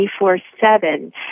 24-7